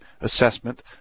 assessment